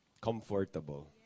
comfortable